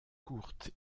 courtes